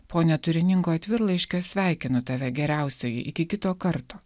po neturiningo atvirlaiškio sveikinu tave geriausioji iki kito karto